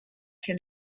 się